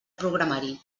programari